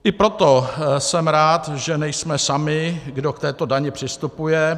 I proto jsem rád, že nejsme sami, kdo k této dani přistupuje.